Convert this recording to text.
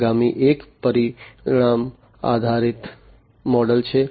આગામી એક પરિણામ આધારિત મોડેલ છે